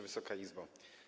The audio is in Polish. Wysoka Izbo!